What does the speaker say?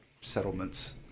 settlements